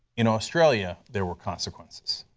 in australia, there were consequences.